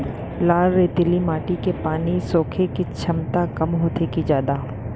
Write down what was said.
लाल रेतीली माटी के पानी सोखे के क्षमता कम होथे की जादा?